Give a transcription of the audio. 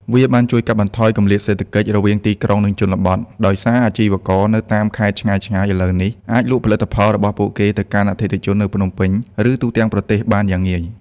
វាបានជួយកាត់បន្ថយ គម្លាតសេដ្ឋកិច្ច រវាងទីក្រុង និងជនបទ ដោយសារអាជីវករនៅតាមខេត្តឆ្ងាយៗឥឡូវនេះអាចលក់ផលិតផលរបស់ពួកគេទៅកាន់អតិថិជននៅភ្នំពេញ ឬទូទាំងប្រទេសបានយ៉ាងងាយ។